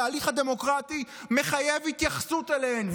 וההליך הדמוקרטי מחייב התייחסות אליהן,